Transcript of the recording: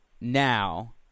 now